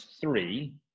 three